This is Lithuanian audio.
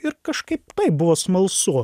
ir kažkaip taip buvo smalsu